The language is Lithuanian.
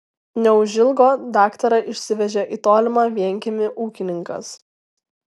neužilgo daktarą išsivežė į tolimą vienkiemį ūkininkas